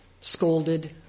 scolded